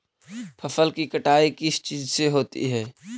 फसल की कटाई किस चीज से होती है?